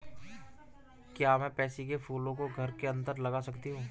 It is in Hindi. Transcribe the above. क्या मैं पैंसी कै फूलों को घर के अंदर लगा सकती हूं?